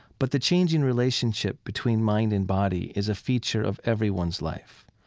but the changing relationship between mind and body is a feature of everyone's life.